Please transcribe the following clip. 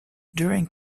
during